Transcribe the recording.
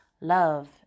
Love